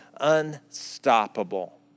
unstoppable